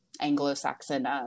Anglo-Saxon